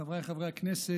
חבריי חברי הכנסת,